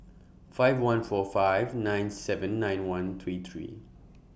five one four five nine seven nine one three three